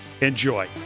Enjoy